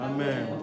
Amen